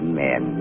men